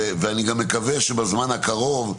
ואני גם מקווה שבזמן הקרוב,